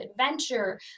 adventure